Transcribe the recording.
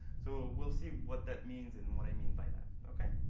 so we'll see what that means and what i mean by that.